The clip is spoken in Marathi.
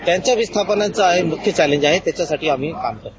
त्यांच्या विस्थापनाचं मुख्य चॅलेंज आहे त्याच्यासाठी आम्ही काम करु